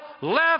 left